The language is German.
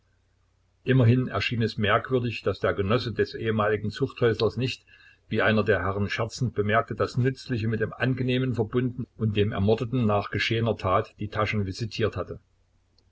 immerhin erschien es merkwürdig daß der genosse des ehemaligen zuchthäuslers nicht wie einer der herren scherzend bemerkte das nützliche mit dem angenehmen verbunden und dem ermordeten nach geschehener tat die taschen visitiert hatte